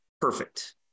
perfect